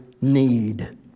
need